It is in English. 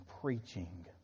preaching